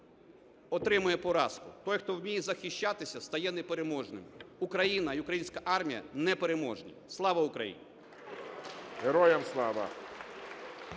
отримає поразку, той, хто вміє захищатися – стає непереможним. Україна і українська армія непереможні. Слава Україні! ГОЛОВУЮЧИЙ.